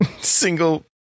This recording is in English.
single